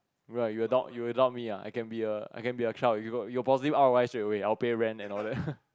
right you adopt you adopt me ah I can be a I can be a child you got you got positive R_O_I straightaway I will pay rent and all that